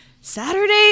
Saturday